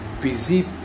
busy